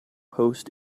post